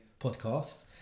podcasts